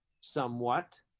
somewhat